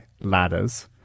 ladders